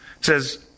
says